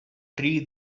tree